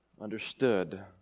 understood